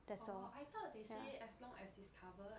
orh I thought they say as long as it's covered